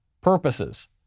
purposes